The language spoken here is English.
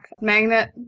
magnet